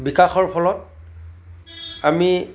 বিকাশৰ ফলত আমি